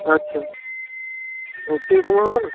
আচ্ছা ওর থেকে কমে হবে না